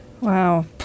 Wow